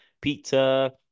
pizza